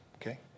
okay